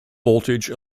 voltage